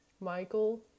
Michael